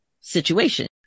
situation